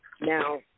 now